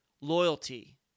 Loyalty